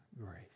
grace